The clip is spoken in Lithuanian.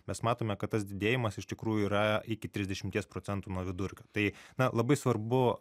mes matome kad tas didėjimas iš tikrųjų yra iki trisdešimties procentų nuo vidurkio tai na labai svarbu